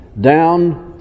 down